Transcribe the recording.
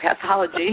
Pathology